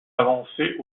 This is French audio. avancées